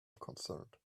concerned